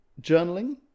journaling